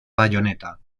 bayoneta